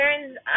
Turns